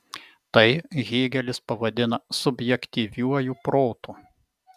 tai hėgelis pavadina subjektyviuoju protu